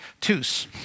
tus